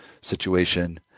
situation